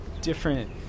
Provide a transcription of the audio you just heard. different